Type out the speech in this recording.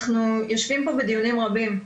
אנחנו יושבים פה בדיונים רבים,